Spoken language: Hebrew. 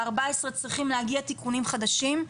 בארבע עשרה צריכים להגיע תיקונים חדשים.